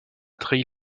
trahi